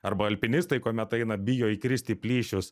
arba alpinistai kuomet eina bijo įkrist į plyšius